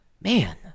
Man